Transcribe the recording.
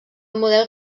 model